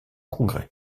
congrès